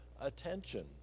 attention